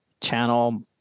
channel